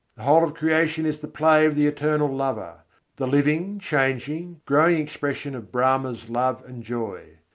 whole of creation is the play of the eternal lover the living, changing, growing expression of brahma's love and joy.